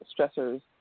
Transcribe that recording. stressors